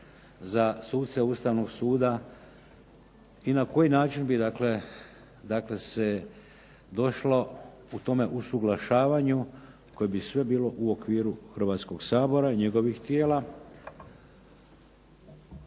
za suce Ustavnog suda i na koji način bi dakle, dakle se došlo u tome usuglašavanju koje bi sve bilo u okviru Hrvatskog sabora, njegovih tijela,